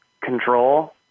control